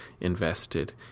invested